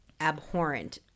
abhorrent